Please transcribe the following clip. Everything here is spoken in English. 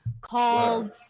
called